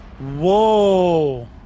Whoa